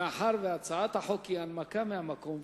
מאחר שהצעת החוק היא הנמקה מהמקום,